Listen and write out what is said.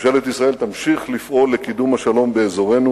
ממשלת ישראל תמשיך לפעול לקידום השלום באזורנו,